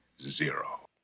zero